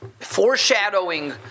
foreshadowing